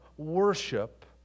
worship